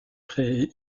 créer